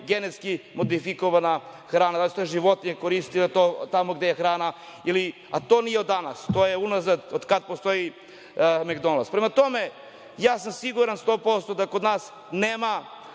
genetski modifikovana hrana, da li su te životinje koristile tamo gde je hrana. Ali to nije od danas, to je unazad otkad postoji Mekdonalds. Prema tome, siguran sam sto posto da kod nas nema